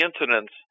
incidents